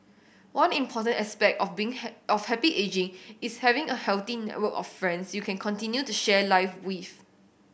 one important aspect of being of happy ageing is having a healthy of friends you can continue to share life with